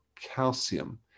calcium